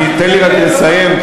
תן לי רק לסיים,